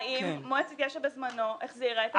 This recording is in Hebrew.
האם מועצת יש"ע בזמנו החזירה את הכסף?